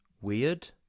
weird